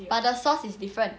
but the source is different